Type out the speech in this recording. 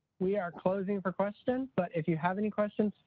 we are closing for questions but if you have any questions,